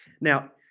Now